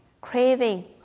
craving